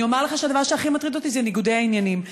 אני אומר לך שהדבר שהכי מטריד אותי הוא ניגודי העניינים.